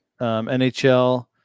NHL